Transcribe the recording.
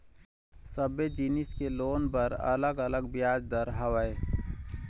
सबे जिनिस के लोन बर अलग अलग बियाज दर हवय